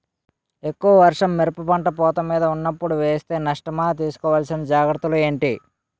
ఎక్కువ వర్షం మిరప పంట పూత మీద వున్నపుడు వేస్తే నష్టమా? తీస్కో వలసిన జాగ్రత్తలు ఏంటి?